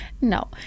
No